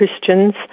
Christians